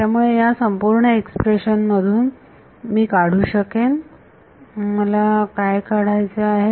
त्यामुळे या संपूर्ण एक्सप्रेशन मधून मी काढु शकेन मला काय काढायचे आहे